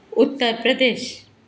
Uttar Pradesh